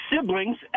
siblings